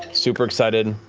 super excited.